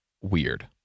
weird